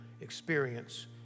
experience